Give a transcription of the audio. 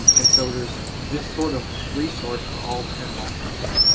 and so there's this sort of resource for all ten lessons,